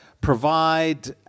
provide